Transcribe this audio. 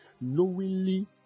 knowingly